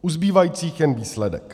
U zbývajících jen výsledek.